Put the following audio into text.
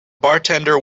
bartender